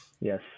yes